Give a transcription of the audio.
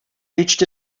reached